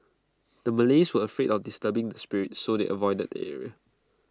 the Malays were afraid of disturbing the spirits so they avoided the area